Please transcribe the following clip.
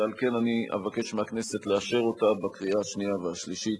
ועל כן אני אבקש מהכנסת לאשר אותה בקריאה שנייה ושלישית.